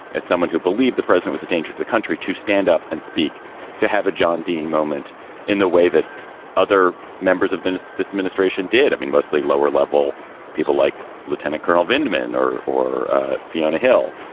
as someone who believed the president was a danger to the country to stand up and speak to have a john dean moment in the way that other members of this administration did. i mean, mostly lower level people like lieutenant colonel venkman or or fiona hill.